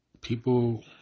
People